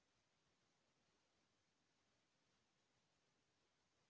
का सरकार के ले कोनो योजना म छुट चलत हे?